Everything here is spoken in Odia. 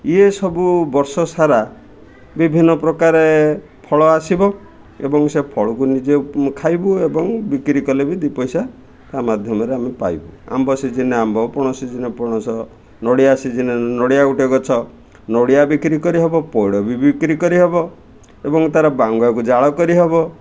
ଇଏ ସବୁ ବର୍ଷ ସାରା ବିଭିନ୍ନ ପ୍ରକାରେ ଫଳ ଆସିବ ଏବଂ ସେ ଫଳକୁ ନିଜେ ଖାଇବୁ ଏବଂ ବିକ୍ରି କଲେ ବି ଦୁଇ ପଇସା ତା ମାଧ୍ୟମରେ ଆମେ ପାଇବୁ ଆମ୍ବ ସିଜିନ୍ରେ ଆମ୍ବ ପଣସ ସିଜିନ୍ରେ ପଣସ ନଡ଼ିଆ ସିଜିନ୍ରେ ନଡ଼ିଆ ଗୋଟେ ଗଛ ନଡ଼ିଆ ବିକ୍ରି କରିହେବ ପୋଡ଼ ବି ବିକ୍ରି କରିହବ ଏବଂ ତା'ର ବାଙ୍ଗକୁ ଜାଳ କରିହେବ